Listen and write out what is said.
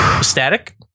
static